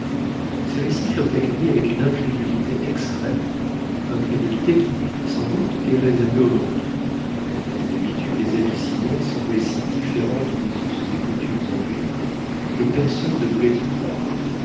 ses récits furent accueillis avec une incrédulité extrême incrédulité qui sans doute est réservée aux nôtres les habitudes des abyssiniens semblaient si différentes des us et coutumes anglais que personne ne voulait y croire